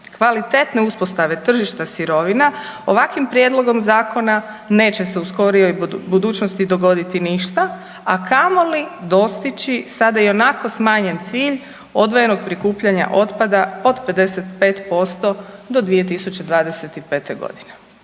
kvalitetne uspostave tržišta sirovina ovakvim prijedlogom zakona neće se u skorijoj budućnosti dogoditi ništa, a kamoli dostići sada i onako smanjen cilj odvojenog prikupljanja otpada od 55% do 2025. godine.